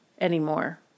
anymore